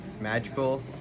Magical